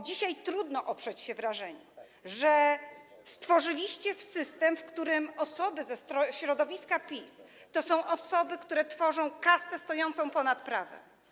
Dzisiaj trudno oprzeć się wrażeniu, że stworzyliście system, w którym osoby ze środowiska PiS to osoby, które tworzą kastę stojącą ponad prawem.